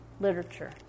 literature